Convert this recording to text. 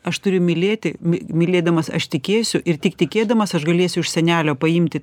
aš turiu mylėti my mylėdamas aš tikėsiu ir tik tikėdamas aš galėsiu iš senelio paimti